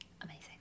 amazing